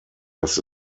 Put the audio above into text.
das